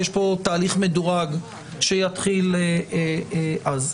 יש פה תהליך מדורג שיתחיל אז.